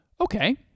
Okay